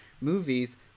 movies